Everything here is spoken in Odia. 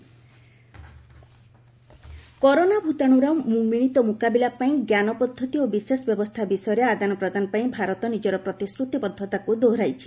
ଇଣ୍ଡିଆ କମିଟ୍ମେଣ୍ଟ କରୋନା ଭୂତାଣୁର ମିଳିତ ମୁକାବିଲା ପାଇଁ ଜ୍ଞାନ ପଦ୍ଧତି ଓ ବିଶେଷ ବ୍ୟବସ୍ଥା ବିଷୟରେ ଆଦାନ ପ୍ରଦାନ ପାଇଁ ଭାରତ ନିକର ପ୍ରତିଶ୍ରତିବଦ୍ଧତାକୁ ଦୋହରାଇଛି